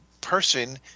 person